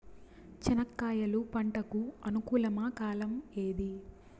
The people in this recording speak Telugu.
చెనక్కాయలు పంట కు అనుకూలమా కాలం ఏది?